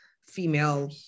female